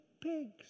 pigs